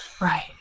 Right